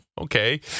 Okay